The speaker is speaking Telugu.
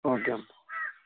ఓకే అమ్మ